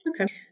Okay